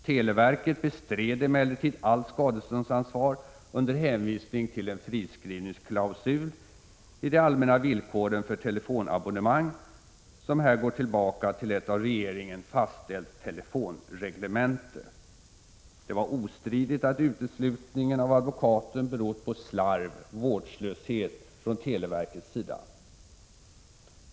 Televerket bestred emellertid allt skadeståndsansvar, under hänvisning till en friskrivningsklausul i de allmänna villkoren för telefonabonnemang, som här går tillbaka till ett av regeringen fastställt telefonreglemente. Det var ostridigt att uteslutningen berott på slarv och vårdslöshet från televerkets sida.